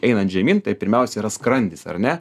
einant žemyn tai pirmiausia yra skrandis ar ne